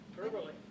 Verbally